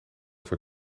voor